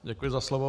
Děkuji za slovo.